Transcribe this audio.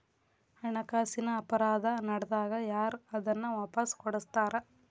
ಹಣಕಾಸಿನ್ ಅಪರಾಧಾ ನಡ್ದಾಗ ಯಾರ್ ಅದನ್ನ ವಾಪಸ್ ಕೊಡಸ್ತಾರ?